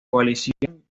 coalición